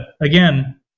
again